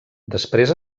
després